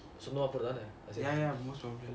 ya ya ya most probably lah